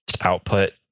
output